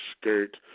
skirt